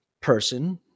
person